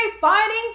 Fighting